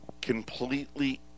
completely